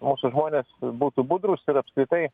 mūsų žmonės būtų budrūs ir apskritai